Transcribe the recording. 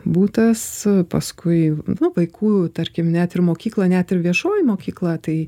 butas paskui nu vaikų tarkim net ir mokykla net ir viešoji mokykla tai